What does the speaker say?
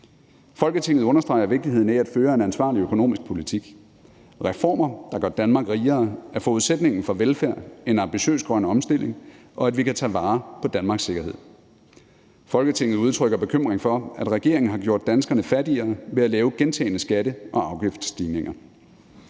Folketinget understreger vigtigheden af at føre en ansvarlig økonomisk politik. Reformer, der gør Danmark rigere, er forudsætningen for velfærd, en ambitiøs grøn omstilling, og at vi kan tage vare på Danmarks sikkerhed. Folketinget udtrykker bekymring over, at regeringen har gjort danskerne fattigere ved at lave gentagne skatte- og afgiftsstigninger.